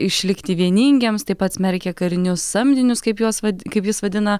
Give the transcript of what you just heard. išlikti vieningiems taip pat smerkė karinius samdinius kaip juos vat kaip jis vadina